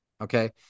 okay